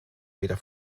weder